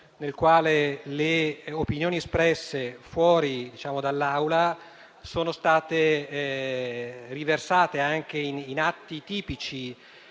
nel quale le opinioni espresse fuori dall'Aula sono state riversate anche in atti tipici